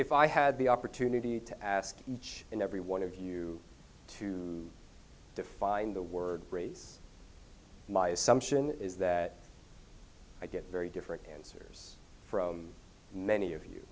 if i had the opportunity to ask each and every one of you to define the word race my assumption is that i get very different answers from many of you